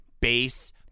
bass